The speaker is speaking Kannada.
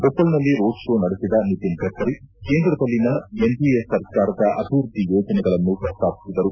ಉಪ್ಪಲ್ನಲ್ಲಿ ರೋಡ್ ಶೋ ನಡೆಸಿದ ನಿತಿನ್ ಗಡ್ಡರಿ ಕೇಂದ್ರದಲ್ಲಿನ ಎನ್ಡಿಎ ಸರ್ಕಾರದ ಅಭಿವೃದ್ದಿ ಯೋಜನೆಗಳನ್ನು ಪ್ರಸ್ತಾಪಿಸಿದರು